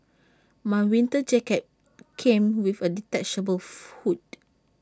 my winter jacket came with A detachable hood